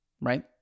right